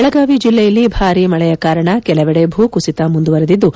ಬೆಳಗಾವಿ ಜಿಲ್ಲೆಯಲ್ಲಿ ಭಾರೀ ಮಳೆಯ ಕಾರಣ ಕೆಲವೆಡೆ ಭೂಕುಸಿತ ಮುಂದುವರೆದಿದ್ದು